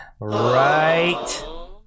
Right